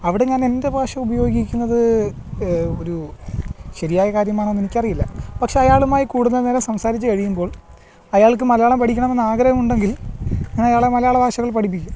അവിടെ ഞാൻ എന്റെ ഭാഷ ഉപയോഗിക്കുന്നത് ഒരു ശരിയായ കാര്യമാണോന്ന് എനിക്ക് അറിയില്ല പക്ഷേ അയാളുമായി കൂടുതല് നേരം സംസാരിച്ച് കഴിയുമ്പോള് അയാള്ക്ക് മലയാളം പഠിക്കണം എന്ന് ആഗ്രഹം ഉണ്ടെങ്കില് ഞാൻ അയാളെ മലയാള ഭാഷകള് പഠിപ്പിക്കും